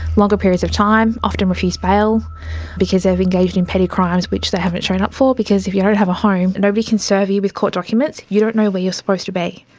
longer periods of time, often refused bail because they've engaged in petty crimes which they haven't shown up for, because if you don't have a home nobody can serve you with court documents, you don't know where you're supposed to be.